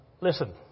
Listen